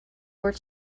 were